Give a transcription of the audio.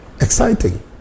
exciting